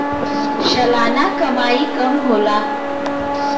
सलाना कमाई कम होला